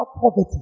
poverty